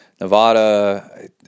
Nevada